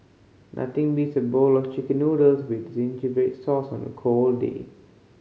nothing beats a bowl of Chicken Noodles with zingy red sauce on a cold day